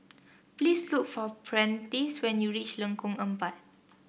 please look for Prentice when you reach Lengkong Empat